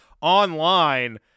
Online